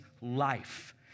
life